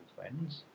friends